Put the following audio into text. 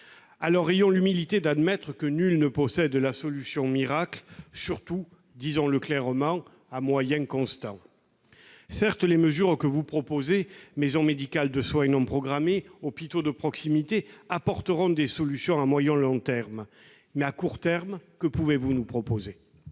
Ayons l'humilité d'admettre que nul ne possède la solution miracle, surtout- disons-le clairement -à moyens constants. Certes, les mesures que vous proposez- maisons médicales de soins non programmées et hôpitaux de proximité -apporteront des solutions à moyen et long terme, madame la ministre. Mais, à court terme, que pouvez-vous proposer ?